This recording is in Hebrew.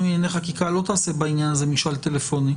לענייני חקיקה לא תעשה בעניין הזה משאל טלפוני,